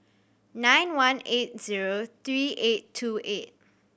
nine one eight zero three eight two eight